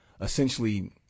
essentially